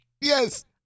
Yes